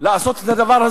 להקים את בית-העסק.